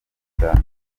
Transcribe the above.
cyane